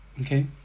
Okay